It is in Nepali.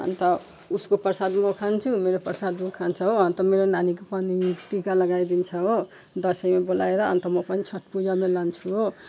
अन्त उसको प्रसाद म खान्छु मेरो प्रसाद ऊ खान्छ हो अन्त मेरो नानीको पनि टिका लगाइदिन्छ हो दसैँमा बोलाएर अन्त म पनि छठपूजामा लान्छु हो